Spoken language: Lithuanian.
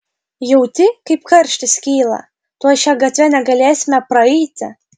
jauti kaip karštis kyla tuoj šia gatve negalėsime praeiti